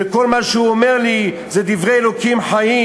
וכל מה שהוא אומר לי זה דברי אלוקים חיים.